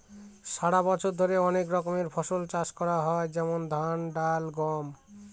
সারা বছর ধরে অনেক রকমের ফসল চাষ করা হয় যেমন ধান, ডাল, গম